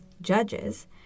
Judges